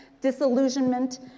disillusionment